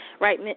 Right